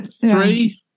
Three